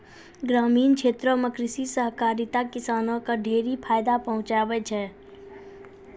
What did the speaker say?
ग्रामीण क्षेत्रो म कृषि सहकारिता किसानो क ढेरी फायदा पहुंचाबै छै